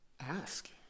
Ask